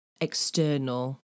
external